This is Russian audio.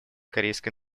корейской